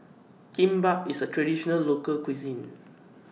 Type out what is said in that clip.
Kimbap IS A Traditional Local Cuisine